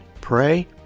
Pray